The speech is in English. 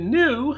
new